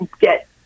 get